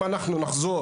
אם נחזור,